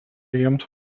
jiems